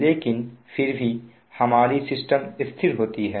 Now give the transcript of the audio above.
लेकिन फिर भी हमारी सिस्टम स्थिर होती है